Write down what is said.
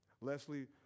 Leslie